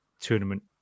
tournament